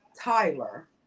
Tyler